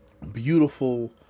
beautiful